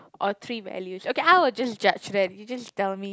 or three values okay I will just judge then you just tell me